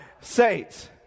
saints